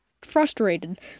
Frustrated